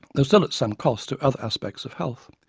though still at some cost to other aspects of health.